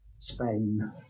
Spain